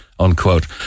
unquote